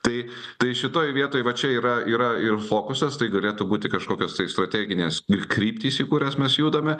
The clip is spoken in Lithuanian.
tai tai šitoj vietoj va čia yra yra ir fokusas tai galėtų būti kažkokios strateginės kryptys į kurias mes judame